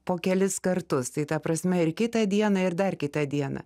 po kelis kartus tai ta prasme ir kitą dieną ir dar kitą dieną